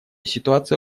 ситуация